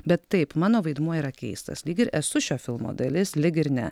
bet taip mano vaidmuo yra keistas lyg ir esu šio filmo dalis lyg ir ne